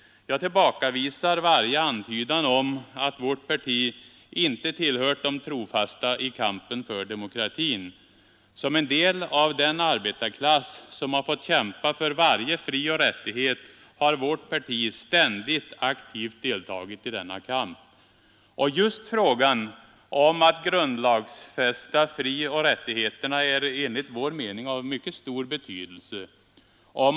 Jag tillbakavisar varje antydan om att vårt parti inte varit trofast i kampen för demokratin. Som en del av den arbetarklass som har fått kämpa för varje frioch rättighet har vårt parti ständigt aktivt deltagit i denna kamp. Just frågan om att grundlagsfästa frioch rättigheterna är enligt vår mening av mycket stor betydelse.